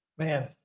Man